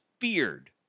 feared